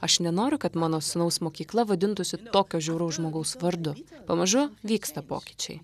aš nenoriu kad mano sūnaus mokykla vadintųsi tokio žiauraus žmogaus vardu pamažu vyksta pokyčiai